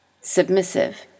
submissive